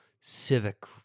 civic